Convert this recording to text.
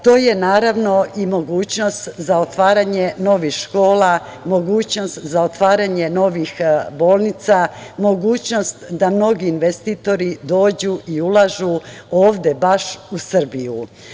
To je, naravno, i mogućnost za otvaranje novih škola, mogućnost za otvaranje novih bolnica, mogućnost da mnogi investitori dođu i ulažu u Srbiju.